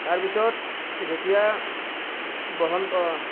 তাৰপিছত যেতিয়া বসন্ত